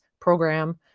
program